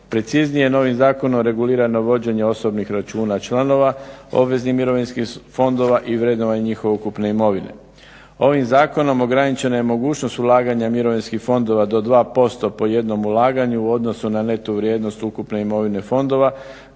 Preciznije, novim zakonom regulirano je vođenje osobnih računa članova obveznih mirovinskih fondova i vrednovanje njihove ukupne imovine. Ovim zakonom ograničena je mogućnost ulaganja mirovinskih fondova do 2% po jednom ulaganju u odnosu na neto vrijednost ukupne imovine fondova